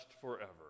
forever